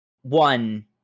one